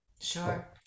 Sure